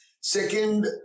Second